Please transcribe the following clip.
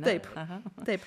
taip taip